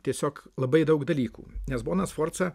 tiesiog labai daug dalykų nes bona sforza